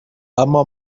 اما